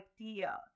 idea